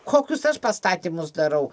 kokius aš pastatymus darau